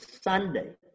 Sunday